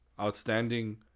outstanding